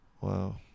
Wow